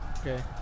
Okay